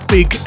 Big